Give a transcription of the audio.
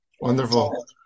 Wonderful